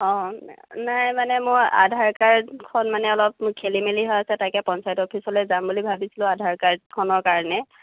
অ নাই মানে মই আধাৰ কাৰ্ডখন মানে অলপ মোৰ খেলিমেলি হৈ আছে তাকে পঞ্চায়ত অফিচলৈ যাম বুলি ভাবিছিলোঁ আধাৰ কাৰ্ডখনৰ কাৰণে